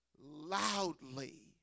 loudly